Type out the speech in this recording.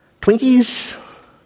Twinkies